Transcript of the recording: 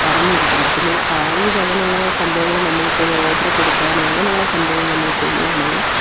അറിഞ്ഞിരിക്കണം പിന്നെ ഈ സാരീസ് അങ്ങനെയുള്ള സംഭവങ്ങള് നമ്മളിപ്പോള് ഒരു ഓർഡർ കൊടുക്കാനും അങ്ങനെയുള്ള സംഭവങ്ങള് നമ്മള് ചെയ്യുകയാണെങ്കില്